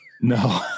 No